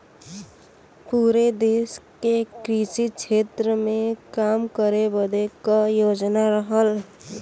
पुरे देस के कृषि क्षेत्र मे काम करे बदे क योजना रहल